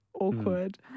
awkward